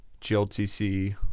GLTC